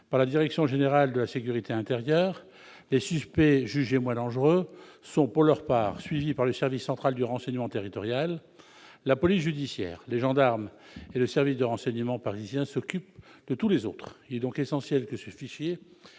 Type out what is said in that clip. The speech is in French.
par la Direction générale de la sécurité intérieure. Les suspects jugés « moins dangereux » sont pour leur part suivis par le Service central du renseignement territorial, tandis que la police judiciaire, les gendarmes et le service de renseignement parisien s'occupent de tous les autres. Il est donc essentiel que ce fichier